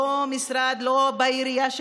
לא בעירייה,